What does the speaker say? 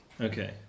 Okay